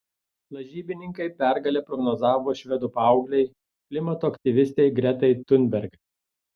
lažybininkai pergalę prognozavo švedų paauglei klimato aktyvistei gretai thunberg